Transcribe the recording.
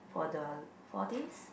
for the four days